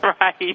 right